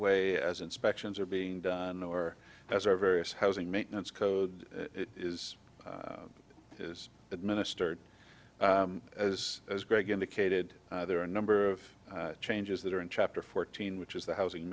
way as inspections are being done or as our various housing maintenance code is is administered as greg indicated there are a number of changes that are in chapter fourteen which is the housing